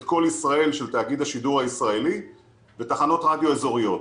את קול ישראל של תאגיד השידור הישראלי ותחנות רדיו אזוריות.